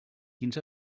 quins